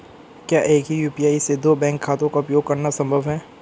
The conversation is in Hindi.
क्या एक ही यू.पी.आई से दो बैंक खातों का उपयोग करना संभव है?